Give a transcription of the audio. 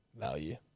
value